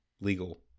legal